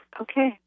Okay